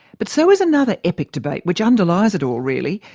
but so is another epic debate, which underlies it all really.